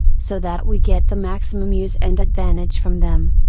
so that we get the maximum use and advantage from them.